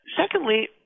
Secondly